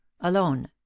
alone